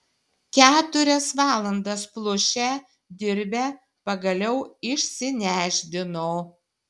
keturias valandas plušę dirbę pagaliau išsinešdino